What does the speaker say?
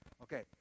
Okay